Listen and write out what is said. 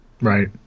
Right